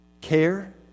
care